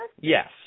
Yes